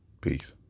Peace